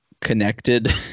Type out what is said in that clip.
connected